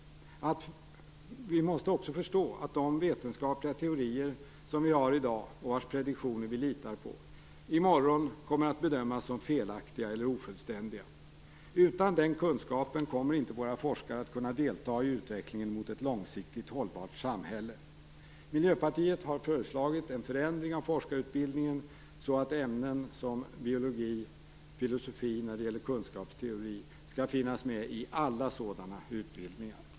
Vi måste också förstå att de vetenskapliga teorier som vi har i dag, och vars prediktion vi litar på, i morgon kommer att bedömas som felaktiga eller ofullständiga. Utan den kunskapen kommer inte våra forskare att kunna delta i utvecklingen mot ett långsiktigt hållbart samhälle. Miljöpartiet har föreslagit en förändring av forskarutbildningen så att ämnen som biologi och filosofi när det gäller kunskapsteori skall finnas med i alla sådana utbildningar.